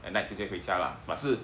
at night 直接回家啦 but 是